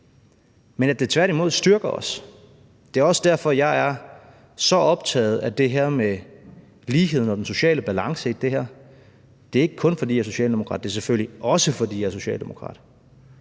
men at det tværtimod styrker os. Det er også derfor, jeg er så optaget af det her med ligheden og den sociale balance i det her. Det er ikke kun, fordi jeg er socialdemokrat. Det er selvfølgelig også, fordi jeg er socialdemokrat.